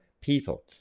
people